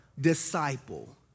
disciple